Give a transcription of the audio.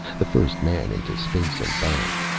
the first man into space and back.